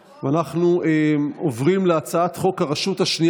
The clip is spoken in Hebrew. אני קובע אם כך שהצעת חוק שירות ביטחון (הוראת